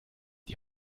die